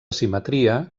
simetria